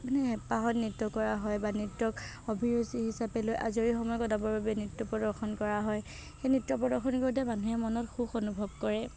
হেঁপাহত নৃত্য কৰা হয় বা নৃত্যক অভিৰুচি হিচাপে লৈ আজৰি সময় কটাবৰ বাবে নৃত্য প্ৰদৰ্শন কৰা হয় সেই নৃত্য প্ৰদৰ্শনি কৰোঁতে মানুহে মনত সুখ অনুভৱ কৰে